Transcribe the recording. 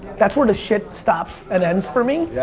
that's where the shit stops and ends for me.